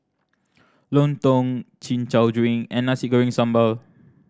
lontong Chin Chow drink and Nasi Goreng Sambal